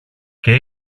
και